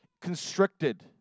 constricted